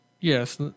Yes